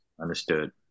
Understood